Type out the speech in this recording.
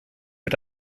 mit